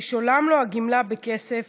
תשולם לו הגמלה בכסף